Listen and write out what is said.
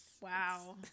Wow